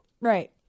Right